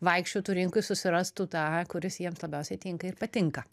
vaikščiotų rinkoj susirastų tą kuris jiems labiausiai tinka ir patinka